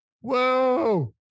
Whoa